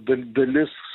dal dalis